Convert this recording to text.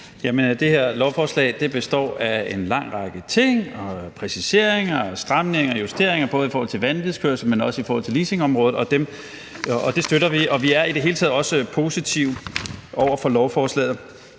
Det her lovforslag består af en lang række ting i form af præciseringer og stramninger og justeringer både i forhold til vanvidskørsel, men også i forhold til leasingområdet, og det støtter vi. Vi er i det hele taget også positive over for lovforslaget.